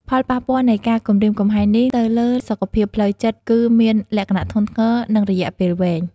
ផលប៉ះពាល់នៃការគំរាមកំហែងនេះទៅលើសុខភាពផ្លូវចិត្តគឺមានលក្ខណៈធ្ងន់ធ្ងរ និងរយៈពេលវែង។